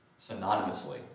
synonymously